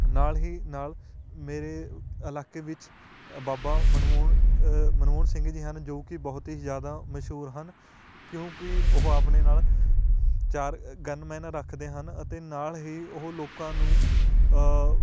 ਨਾਲ ਹੀ ਨਾਲ ਮੇਰੇ ਇਲਾਕੇ ਵਿੱਚ ਬਾਬਾ ਮਨਮੋਹਣ ਮਨਮੋਹਣ ਸਿੰਘ ਜੀ ਹਨ ਜੋ ਕਿ ਬਹੁਤ ਹੀ ਜ਼ਿਆਦਾ ਮਸ਼ਹੂਰ ਹਨ ਕਿਉਂਕਿ ਉਹ ਆਪਣੇ ਨਾਲ ਚਾਰ ਗੰਨਮੈਨ ਰੱਖਦੇ ਹਨ ਅਤੇ ਨਾਲ ਹੀ ਉਹ ਲੋਕਾਂ ਨੂੰ